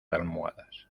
almohadas